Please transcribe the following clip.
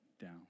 down